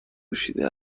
پوشیده